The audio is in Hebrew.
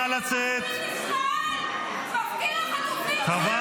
תסתכל למעלה.